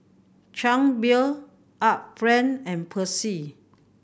Chang Beer Art Friend and Persil